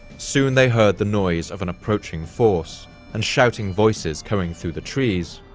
soon, they heard the noise of an approaching force and shouting voices coming through the trees.